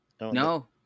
No